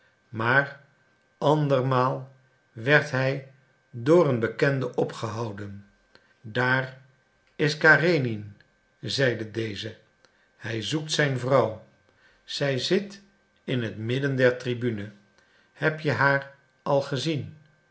maar andermaal werd hij door een bekende opgehouden daar is karenin zeide deze hij zoekt zijn vrouw zij zit in het midden der tribune hebt ge haar al gezien